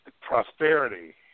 prosperity